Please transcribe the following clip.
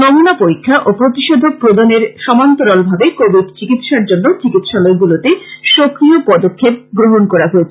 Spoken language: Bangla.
নমুনা পরীক্ষা ও প্রতিষেধক প্রদানের সমান্তরালভাবে কোবিড চিকিৎসার জন্য চিকিৎসালয়গুলিতে সক্রিয় পদক্ষেপ গ্রহণ করা হয়েছে